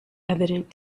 evident